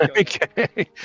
okay